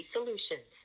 Solutions